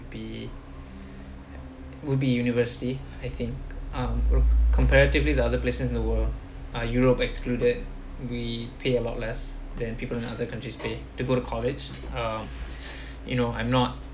be would be university I think um comparatively to other places in the world uh europe excluded we pay a lot less than people in other countries pay to go to college um you know I'm not